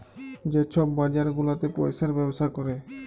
যে ছব বাজার গুলাতে পইসার ব্যবসা ক্যরে